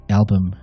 album